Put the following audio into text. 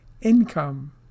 income